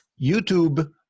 YouTube